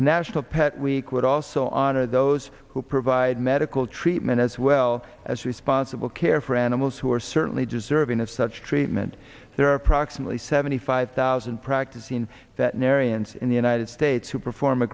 little pet week would also honor those who provide medical treatment as well as responsible care for animals who are certainly deserving of such treatment there are approximately seventy five thousand practicing that neri ends in the united states who perform a